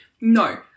no